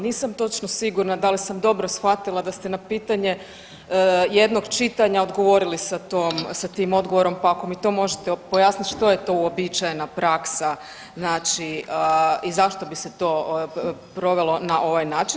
Nisam točno sigurna da li sam dobro shvatila da ste na pitanje jednog čitanja odgovorili sa tom, sa tim odgovorom, pa ako mi to možete pojasniti što je to uobičajena praksa znači i zašto bi se to provelo na ovaj način.